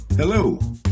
Hello